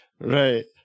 Right